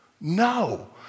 No